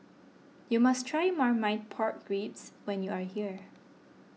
you must try Marmite Pork Ribs when you are here